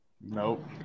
Nope